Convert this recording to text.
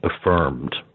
affirmed